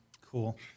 Cool